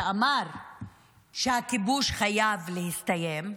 שאמר שהכיבוש חייב להסתיים.